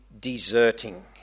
deserting